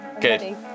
good